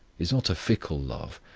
is not a fickle love,